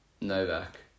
Novak